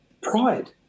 pride